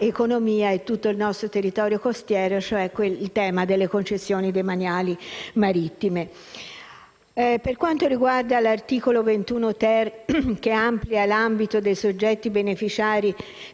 economia e tutto il nostro territorio costiero. Mi riferisco al tema delle concessioni demaniali marittime. Per quanto riguarda l'articolo 21-*ter*, che amplia l'ambito dei soggetti beneficiari